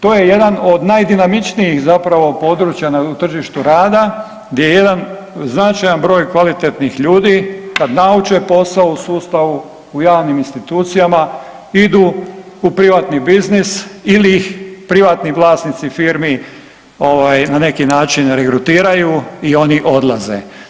To je jedan od najdinamičnijih zapravo područja na tržištu rada gdje jedan značajan broj kvalitetnih ljudi kad nauče posao u sustavu, u javnim institucijama idu u privatni biznis ili ih privatni vlasnici firmi ovaj na neki način regrutiraju i oni odlaze.